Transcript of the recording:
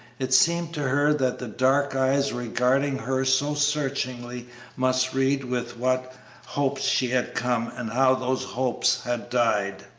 it seemed to her that the dark eyes regarding her so searchingly must read with what hopes she had come, and how those hopes had died.